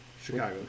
Chicago